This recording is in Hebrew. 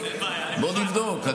אין בעיה, אני